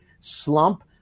slump